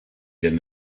than